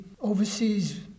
overseas